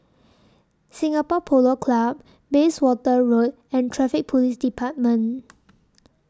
Singapore Polo Club Bayswater Road and Traffic Police department